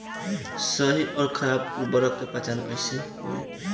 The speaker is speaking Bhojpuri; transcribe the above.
सही अउर खराब उर्बरक के पहचान कैसे होई?